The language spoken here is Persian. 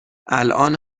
الان